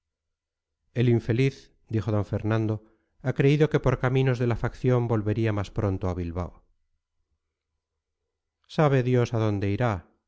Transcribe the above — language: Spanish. el infeliz dijo d fernando ha creído que por caminos de la facción volvería más pronto a bilbao sabe dios a dónde irá